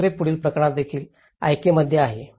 दुसरे पुढील प्रकरण देखील आयके मध्ये आहे